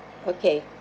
okay